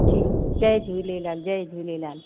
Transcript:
ठीकु जय झूलेलाल जय झूलेलाल